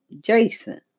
Jason